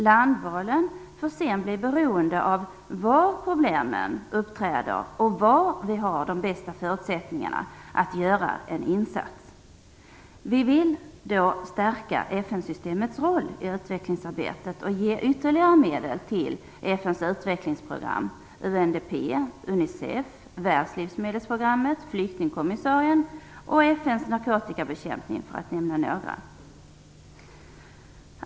Landvalen får sedan bli beroende av var problemen uppträder och var vi har de bästa förutsättningarna att göra en insats. Vi vill stärka FN-systemets roll i utvecklingsarbetet och ge ytterligare medel till FN:s utvecklingsprogram, UNDP, UNICEF, Världslivsmedelsprogrammet, Flyktingkommissarien och FN:s narkotikabekämpning för att nämna några.